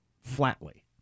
flatly